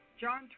John